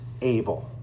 able